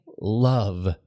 love